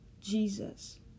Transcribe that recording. Jesus